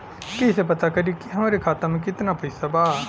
कइसे पता करि कि हमरे खाता मे कितना पैसा बा?